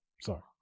Sorry